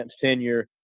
tenure